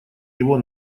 его